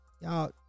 y'all